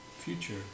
future